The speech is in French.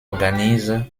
organise